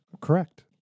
Correct